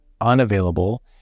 unavailable